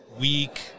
weak